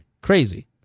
Crazy